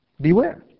Beware